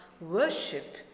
worship